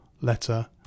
letter